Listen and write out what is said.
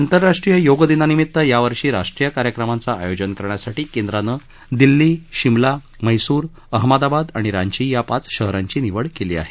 आंतरराष्ट्रीय योग दिनानिमित यावर्षी राष्ट्रीय कार्यक्रमांचं आयोजन करण्यासाठी कैंद्रानं दिल्ली शिमला म्हैसूर अहमदाबाद आणि रांची या पाच शहरांची निवड केली आहे